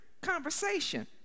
conversation